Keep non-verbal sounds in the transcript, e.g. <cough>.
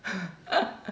<laughs>